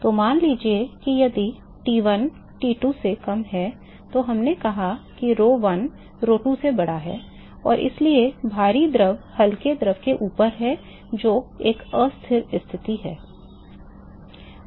तो मान लीजिए कि यदि T1 T2 से कम है तो हमने कहा कि rho1 rho2 से बड़ा है और इसलिए भारी द्रव हल्के द्रव के ऊपर है जो एक अस्थिर स्थिति है